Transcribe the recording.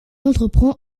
entreprend